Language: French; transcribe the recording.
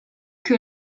que